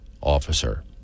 officer